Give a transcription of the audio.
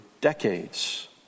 decades